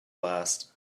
last